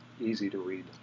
easy-to-read